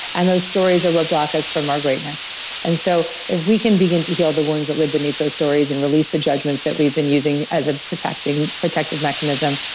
and those stories are what block us from our greatness and so if we can begin to heal the wounds that live beneath those stories and release the judgments that we've been using as a protective protective mechanism,